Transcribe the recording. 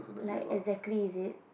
like exactly is it